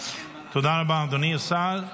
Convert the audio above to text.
תודה רבה, אדוני השר.